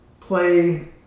play